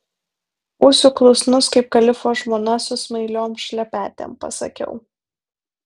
būsiu klusnus kaip kalifo žmona su smailiom šlepetėm pasakiau